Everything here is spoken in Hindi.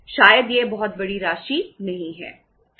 शायद यह बहुत बड़ी राशि नहीं है